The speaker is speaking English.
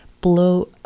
blow